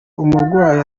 umurwayi